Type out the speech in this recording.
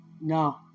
No